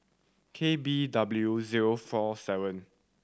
K B W zero four seven